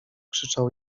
krzyczał